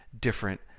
different